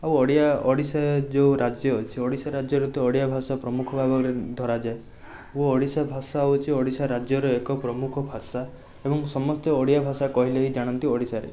ଓ ଓଡ଼ିଆ ଓଡ଼ିଶା ଯେଉଁ ରାଜ୍ୟ ଅଛି ଓଡ଼ିଶା ରାଜ୍ୟରେ ତ ଓଡ଼ିଆ ଭାଷା ପ୍ରମୁଖ ଭାବରେ ଧରାଯାଏ ଓ ଓଡ଼ିଶା ଭାଷା ହେଉଛି ଓଡ଼ିଶା ରାଜ୍ୟରେ ଏକ ପ୍ରମୁଖ ଭାଷା ଏବଂ ସମସ୍ତେ ଓଡ଼ିଆ ଭାଷା କହିଲେ ହିଁ ଜାଣନ୍ତି ଓଡ଼ିଶାରେ